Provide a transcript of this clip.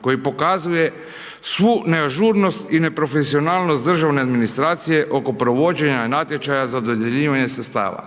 koji pokazuje svu neažurnost i neprofesionalnost državne administracije oko provođenja natječaja za dodjeljivanje sredstava.